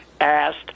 asked